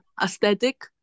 aesthetic